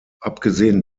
abgesehen